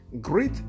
Great